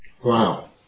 Wow